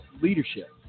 leadership